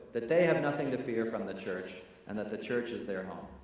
that they have nothing to fear from the church and that the church is their home.